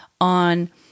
on